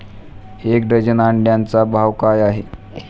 एक डझन अंड्यांचा भाव काय आहे?